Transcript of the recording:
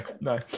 no